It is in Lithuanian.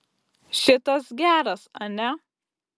šitas geras ane